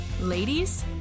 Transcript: Ladies